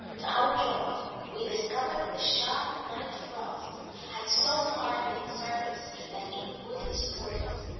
to our joy we discovered that the sharp night frost had so hardened its surface that it would support us.